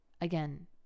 again